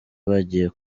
bagiye